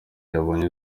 yabonye